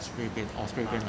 spray paint oh spray paint lah